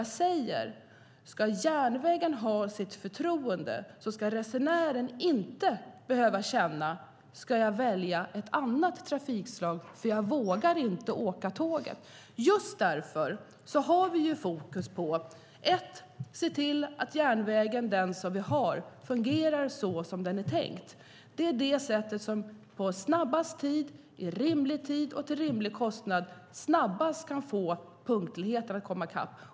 Jag säger att om man ska ha förtroende för järnvägen ska resenären inte behöva fundera på att välja ett annat trafikslag eftersom man inte vågar åka tåg. Därför har vi fokus på att se till den järnväg vi har fungerar så som den är tänkt. Det handlar om att på snabbast tid, i rimlig tid och till rimlig kostnad få punktligheten att komma i kapp.